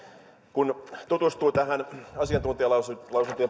tutustuin tähän asiantuntijalausuntojen